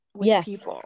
Yes